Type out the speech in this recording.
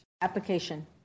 Application